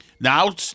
now